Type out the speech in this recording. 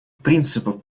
принципов